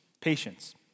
Patience